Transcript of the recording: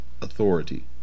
authority